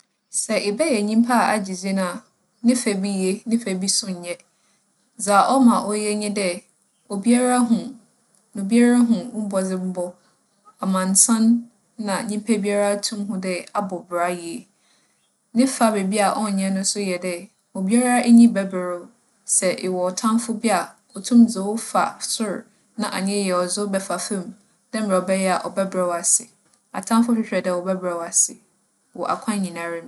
Sɛ ebɛyɛ nyimpa a agye dzin a, ne fa bi ye, ne fa bi so nnyɛ. Dza ͻma oye nye dɛ, obiara hu - na obiara hu wo mbͻdzembͻ. Amansan na nyimpa biara tum hu dɛ abͻ bra yie. Ne fa beebi a ͻnnyɛ no so yɛ dɛ, obiara enyi bɛber wo. Sɛ ewͻ ͻtamfo bi a, otum dze wo fa sor na annyɛ yie a, ͻdze wo bɛfa famu, dɛ mbrɛ ͻbɛyɛ a ͻbɛberɛ wo ase. Atamfo hwehwɛ dɛ wͻbɛberɛ wo ase wͻ akwan nyinara mu.